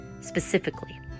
specifically